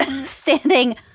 standing